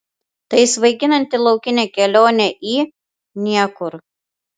tai svaiginanti laukinė kelionė į niekur